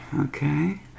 Okay